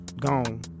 gone